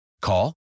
Call